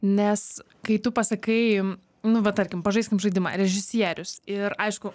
nes kai tu pasakai nu va tarkim pažaiskim žaidimą režisierius ir aišku